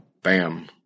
bam